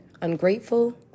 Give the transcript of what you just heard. ungrateful